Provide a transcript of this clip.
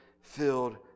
filled